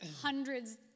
hundreds